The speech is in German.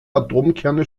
atomkerne